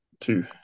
two